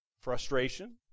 Frustration